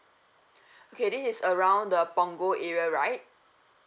okay this is around the punggol area right